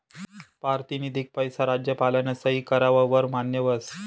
पारतिनिधिक पैसा राज्यपालना सही कराव वर मान्य व्हस